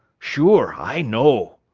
sure. i know.